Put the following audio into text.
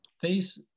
face